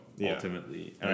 ultimately